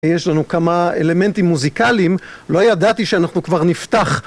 יש לנו כמה אלמנטים מוזיקליים, לא ידעתי שאנחנו כבר נפתח...